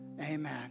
Amen